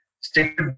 stick